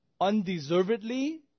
undeservedly